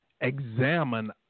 examine